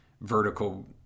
vertical